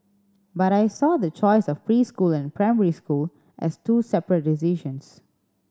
but I saw the choice of preschool and primary school as two separate decisions